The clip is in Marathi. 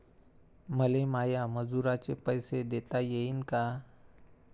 मले माया मजुराचे पैसे देता येईन का?